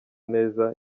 neza